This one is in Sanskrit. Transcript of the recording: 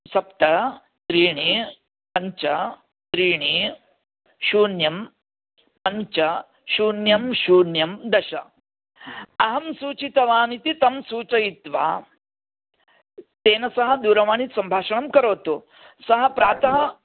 सप्त त्रीणि पञ्च त्रीणि शून्यं पञ्च शून्यं शून्यं दश अहं सूचितवान् इति तं सूचयित्वा तेन सह दूरवाणी सम्भाषणं करोतु श्वः प्रातः